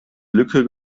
lücke